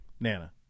Nana